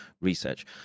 research